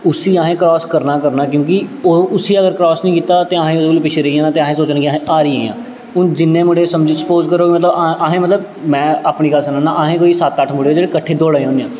उस्सी असें क्रास करना गै करना क्योंकि ओह् उस्सी अगर क्रास निं कीता ते असें ओह्दे कोलूं पिच्छें रेही जाना ते असें सोचना कि अस हारी गे आं हून जिन्ने मुड़े समझो स्पोज करो मतलब अ असें मतलब में अपनी गल्ल सन्नानां अस कोई सत्त अट्ठ मुड़े जेह्ड़े कट्ठे दौड़ा दे होन्ने आं